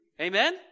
Amen